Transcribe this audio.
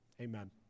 Amen